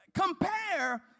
Compare